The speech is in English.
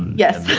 yes.